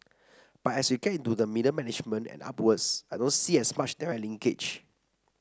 but as we get to the middle management and upwards I don't see as much direct linkage